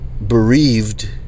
Bereaved